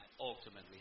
ultimately